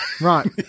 Right